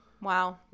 Wow